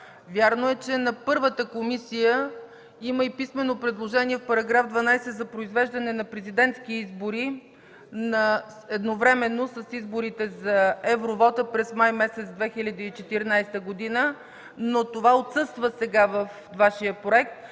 Вярно е, че на първата комисия – има и писмено предложение в § 12 за произвеждане на президентски избори едновременно с изборите за евровота през месец май 2014 г., но това отсъства сега във Вашия проект,